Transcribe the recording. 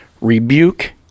Rebuke